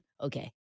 Okay